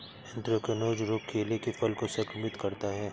anthracnose रोग केले के फल को संक्रमित करता है